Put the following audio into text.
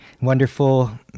wonderful